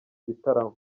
gitaramo